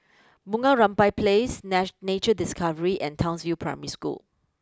Bunga Rampai place Nature Discovery and Townsville Primary School